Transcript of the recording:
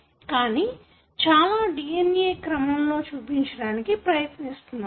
కానీ చాలా DNA క్రమంలో చూపించడానికి ప్రయత్నిస్తున్నాము